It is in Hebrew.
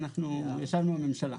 ישבנו עם הממשלה.